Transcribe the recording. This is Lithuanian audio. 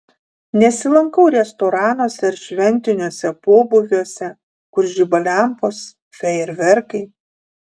nesilankau restoranuose ar šventiniuose pobūviuose kur žiba lempos fejerverkai